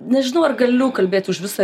nežinau ar galiu kalbėt už visą